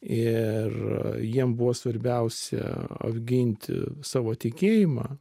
ir jiem buvo svarbiausia apginti savo tikėjimą